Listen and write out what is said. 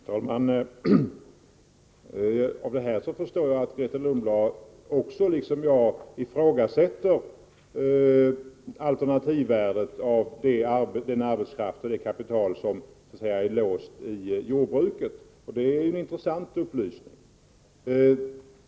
Herr talman! Såvitt jag förstår ifrågasätter Grethe Lundblad, liksom jag, alternativvärdet när det gäller den arbetskraft och det kapital som så att säga är låst inom jordbruket. Det är en intressant upplysning.